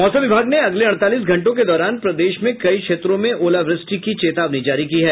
मौसम विभाग ने अगले अड़तालीस घंटों के दौरान प्रदेश में कई क्षेत्रों में ओलावृष्टि की चेतावनी जारी की है